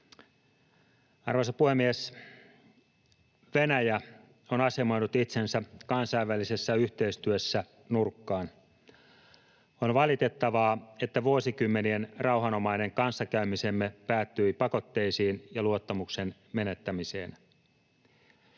Arvoisa puhemies! Venäjä on asemoinut itsensä kansainvälisessä yhteistyössä nurkkaan. On valitettavaa, että vuosikymmenien rauhanomainen kanssakäymisemme päättyi pakotteisiin ja luottamuksen menettämiseen.